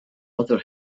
other